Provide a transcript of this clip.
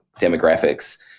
demographics